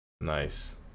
Nice